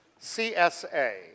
CSA